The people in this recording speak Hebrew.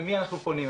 למי אנחנו פונים?